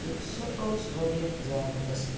تہٕ سۅ اوس واریاہ زیادٕ اَصٕل